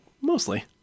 Mostly